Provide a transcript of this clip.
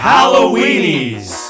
Halloweenies